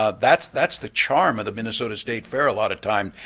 ah that's that's the charm of the minnesota state fair a lot of times.